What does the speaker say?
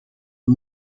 een